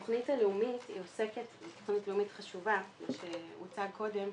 התכנית הלאומית חשובה כפי שהוצג קודם,